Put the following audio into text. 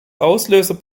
auslöser